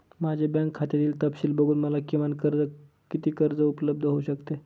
माझ्या बँक खात्यातील तपशील बघून मला किमान किती कर्ज उपलब्ध होऊ शकते?